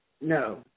no